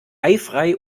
eifrei